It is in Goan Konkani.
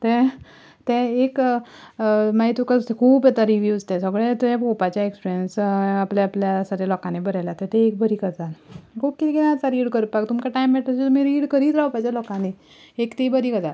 तें तें एक मागीर तुका खूब येता रिव्हयूज ते सगळे तुवें पोवपाचे रेफ्रंसा आपल्या सगळ्या लोकांनी बरयल्या ते ती एक बरी गजाल खूब कितें कितें आसा रीड करपाक तुमकां टायमा मेळटा तसो तुमी रीड करीत रावपा जाय लोकांनी एक ती बरी गजाल